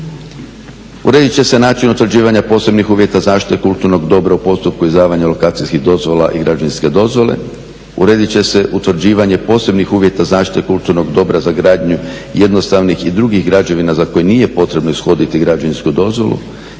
Uredit će se način utvrđivanja posebnih uvjeta zaštite kulturnog dobra u postupku izdavanja lokacijskih dozvola i građevinske dozvole. Uredit će se utvrđivanje posebnih uvjeta zaštite kulturnog dobra za gradnju jednostavnih i drugih građevina za koje nije potrebno ishoditi građevinsku dozvolu.